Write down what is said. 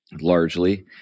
largely